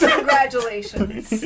Congratulations